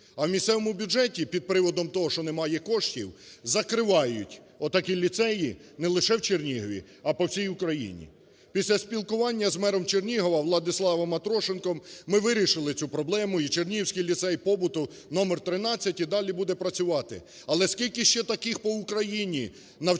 а в місцевому бюджеті під приводом того, що немає коштів, закривають отакі ліцеї не лише в Чернігові, а по всій Україні. Після спілкування з мером Чернігова Владиславом Атрошенком ми вирішили цю проблему, і Чернігівський ліцей побуту №13 і далі буде працювати. Але скільки ще таких по Україні навчальних